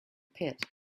pit